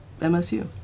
MSU